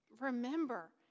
remember